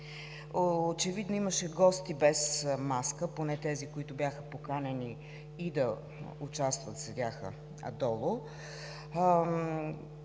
Очевидно имаше гости без маска, поне тези, които бяха поканени и да участват, седяха долу